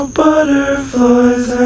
butterflies